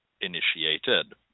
initiated